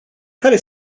care